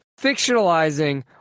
fictionalizing